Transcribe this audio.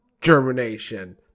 germination